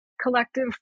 collective